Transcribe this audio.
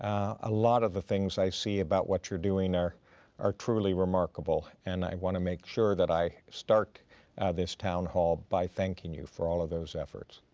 a lot of the things i see about what you're doing are are truly remarkable and i wanna make sure that i start this town hall by thanking you for all of those efforts.